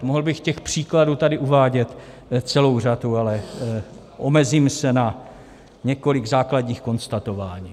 Mohl bych těch příkladů tady uvádět celou řadu, ale omezím se na několik základních konstatování.